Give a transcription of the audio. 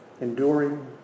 enduring